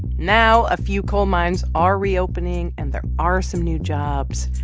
now a few coal mines are reopening, and there are some new jobs.